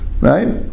Right